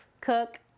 cook